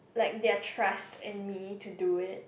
like their trust in me to do it